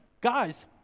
Guys